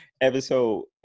episode